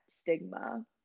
stigma